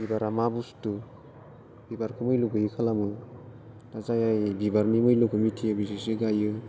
बिबारा मा बुस्थु बिबारखो मुल्य गैयि खालामो जाय बिबारनि मुल्यखो मिथियो बिसोरसो गायो